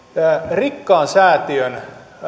rikkaan säätiön